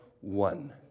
one